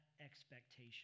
expectation